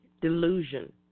delusion